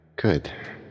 Good